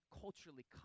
culturally